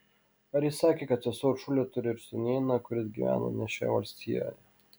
ar ji sakė kad sesuo uršulė turi ir sūnėną kuris gyvena ne šioje valstijoje